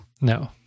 No